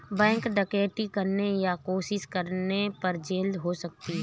bank डकैती करने या कोशिश करने पर जेल हो सकती है